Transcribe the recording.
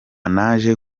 naje